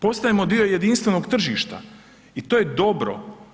Postajemo dio jedinstvenog tržišta i to je dobro.